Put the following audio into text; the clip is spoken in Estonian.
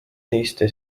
teiste